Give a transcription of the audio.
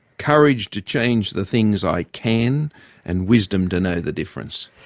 courage to change the things i can and wisdom to know the difference.